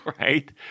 right